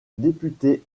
député